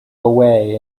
away